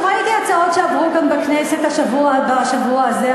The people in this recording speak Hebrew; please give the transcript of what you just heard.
ראיתי הצעות שעברו כאן בכנסת בשבוע הזה,